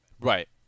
Right